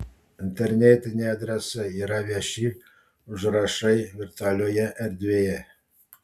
internetiniai adresai yra vieši užrašai virtualioje erdvėje